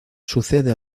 sucede